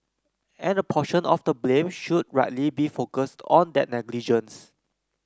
and a portion of the blame should rightly be focused on that negligence